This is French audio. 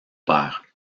père